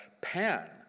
Pan